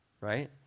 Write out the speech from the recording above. right